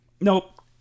Nope